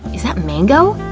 is that mango?